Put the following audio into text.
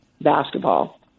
basketball